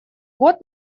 год